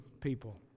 people